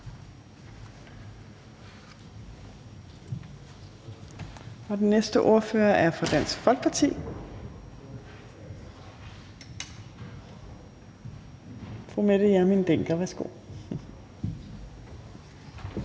Den næste ordfører er fra Dansk Folkeparti. Fru Mette Hjermind Dencker, værsgo.